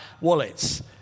wallets